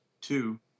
two